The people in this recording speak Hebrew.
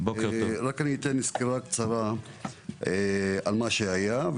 אני אתן סקירה קצרה על מה שהיה,